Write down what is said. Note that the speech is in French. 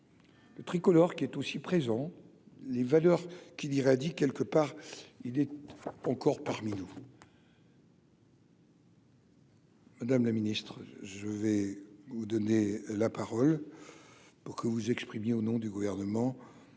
Le Tricolore qui est aussi présent, les valeurs qui irradie quelque part, il est encore parmi nous. Madame la ministre, je vais vous donner la parole pour que vous vous exprimiez au nom du gouvernement,